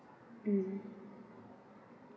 mm